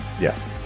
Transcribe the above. Yes